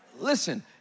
Listen